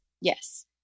Yes